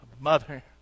mother